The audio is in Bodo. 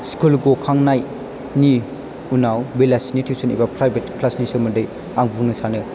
स्कुल गखांनायनि उनाव बेलासिनि टिउसन निफ्राय प्राइभेट क्लासनि सोमोन्दै आं बुंनो सानो